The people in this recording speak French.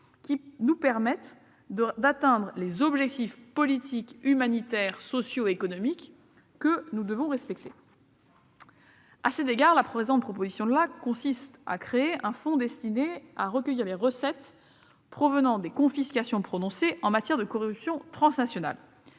-qui permettent d'atteindre les objectifs politiques, humanitaires, sociaux et économiques que nous aurons. À cet égard, la présente proposition de loi crée un fonds destiné à recueillir les recettes provenant des confiscations prononcées en matière de corruption transnationale.